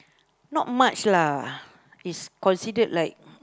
not much lah is considered like